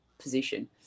position